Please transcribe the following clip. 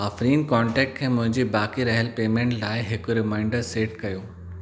आफ़रीन कोन्टेक्टु खे मुंहिंजी बाक़ी रहियलु पेमेंट लाइ हिकु रिमांइडरु सेट कयो